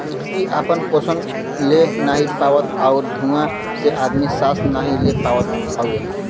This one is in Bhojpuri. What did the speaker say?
मट्टी आपन पोसन ले नाहीं पावत आउर धुँआ से आदमी सांस नाही ले पावत हौ